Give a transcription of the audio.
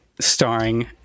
starring